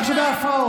רק שזה הפרעות.